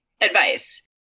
advice